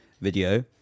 video